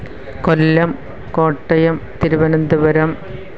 Kollam Kottayam Thiruvananthapuram